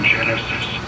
Genesis